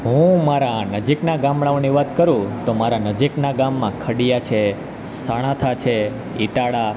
હું મારા નજીકના ગામડાઓની વાત કરું તો મારા નજીકના ગામમાં ખડીયા છે સણાથા છે ઇટાળા